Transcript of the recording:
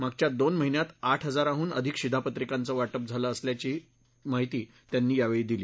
मागच्या दोन महिन्यात आठ हजारांहून अधिक शिधापत्रिकांचं वाटप झालं असल्याचंही त्यांनी सांगितलं